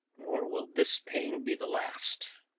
nor will this pain be the last.